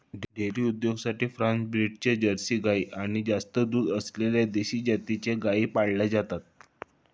dairy उद्योगासाठी cross ब्रीडच्या Jersey गाई आणि जास्त दूध असलेल्या देशी जातीच्या गायी पाळल्या जातात